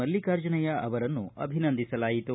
ಮಲ್ಲಿಕಾರ್ಜುನಯ್ಯ ಅವರನ್ನು ಅಭಿನಂದಿಸಲಾಯಿತು